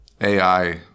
AI